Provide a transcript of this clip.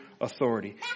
authority